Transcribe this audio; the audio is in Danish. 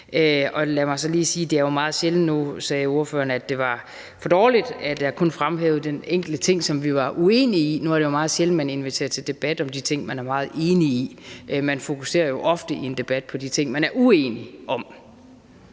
der er noget om snakken. Nu sagde ordføreren, at det var for dårligt, at jeg kun fremhævede den ene ting, som vi var uenige i, men det er jo meget sjældent, at man inviterer til en debat om de ting, man er meget enig om. Man fokuserer i en debat jo ofte på de ting, man er uenig om.